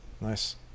Nice